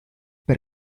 per